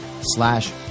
slash